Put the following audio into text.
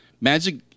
magic